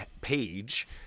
Page